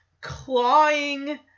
clawing